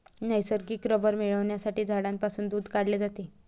नैसर्गिक रबर मिळविण्यासाठी झाडांपासून दूध काढले जाते